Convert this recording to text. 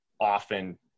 often